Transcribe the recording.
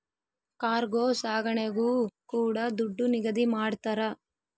cargo ಸಾಗಣೆಗೂ ಕೂಡ ದುಡ್ಡು ನಿಗದಿ ಮಾಡ್ತರ